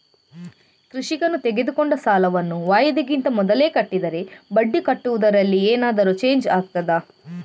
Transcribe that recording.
ಕೃಷಿಕನು ತೆಗೆದುಕೊಂಡ ಸಾಲವನ್ನು ವಾಯಿದೆಗಿಂತ ಮೊದಲೇ ಕಟ್ಟಿದರೆ ಬಡ್ಡಿ ಕಟ್ಟುವುದರಲ್ಲಿ ಏನಾದರೂ ಚೇಂಜ್ ಆಗ್ತದಾ?